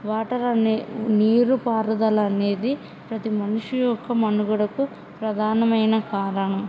water అనే నీరు పారుదలనేది ప్రతి మనిషి యొక్క మనుగడకు ప్రధానమైన కారణం